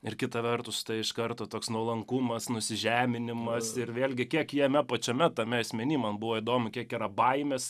ir kita vertus tai iš karto toks nuolankumas nusižeminimas ir vėlgi kiek jame pačiame tame asmeny man buvo įdomu kiek yra baimės